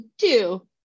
two